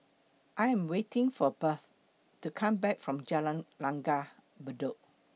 I Am waiting For Bert to Come Back from Jalan Langgar Bedok